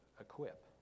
equip